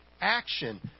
action